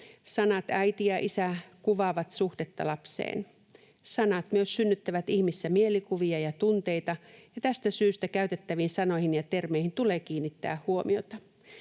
Sanat äiti ja isä kuvaavat suhdetta lapseen. Sanat myös synnyttävät ihmisissä mielikuvia ja tunteita, ja tästä syystä käytettäviin sanoihin ja termeihin tulee kiinnittää huomiota.